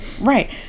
right